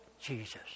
Jesus